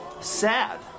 sad